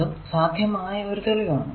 അതും സാധ്യമായ ഒരു തെളിവാണ്